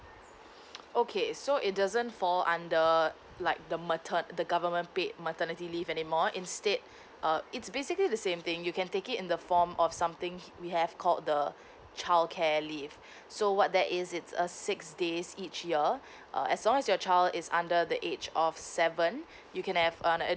okay so it doesn't fall under like the mater~ the government paid maternity leave anymore instead uh it's basically the same thing you can take it in the form of something here we have called the childcare leave so what that is it's a six days each year uh as long as your child is under the age of seven you can have uh